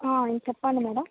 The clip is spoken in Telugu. చెప్పాలి మేడమ్